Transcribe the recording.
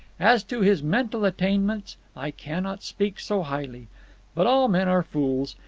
as to his mental attainments, i cannot speak so highly but all men are fools,